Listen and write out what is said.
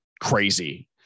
crazy